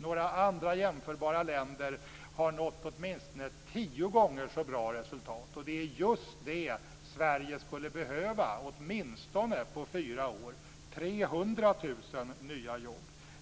Några andra jämförbara länder har nått åtminstone tio gånger så bra resultat. Det är just det Sverige skulle behöva åtminstone under fyra år, dvs. 300 000 nya jobb.